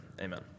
Amen